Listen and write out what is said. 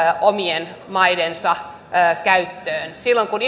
omien maidensa käyttöön silloin kun